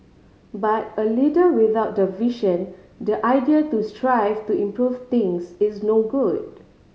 but a leader without the vision the idea to strive to improve things is no good